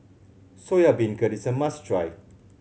Soya Beancurd is a must try